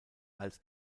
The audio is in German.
als